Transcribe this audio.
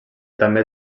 també